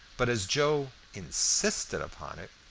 but as joe insisted upon it,